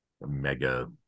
mega